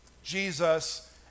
jesus